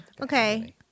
Okay